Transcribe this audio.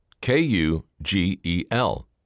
K-U-G-E-L